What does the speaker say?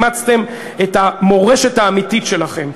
אימצתם את המורשת האמיתית שלכם,